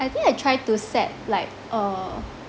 I think I try to set like uh